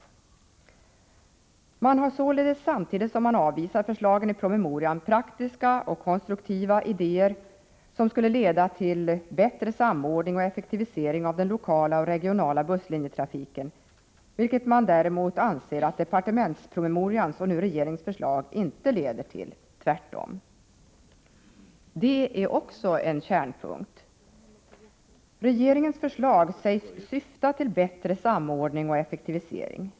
De framför således, samtidigt som förslagen i promemorian avvisas, praktiska och konstruktiva idéer, som skulle leda till bättre samordning och effektivisering av den lokala och regionala busslinjetrafiken, vilket de däremot inte anser att departementspromemorian och nu regeringens förslag gör — tvärtom. Detta är också en kärnpunkt. Regeringens förslag sägs syfta till bättre samordning och effektivisering.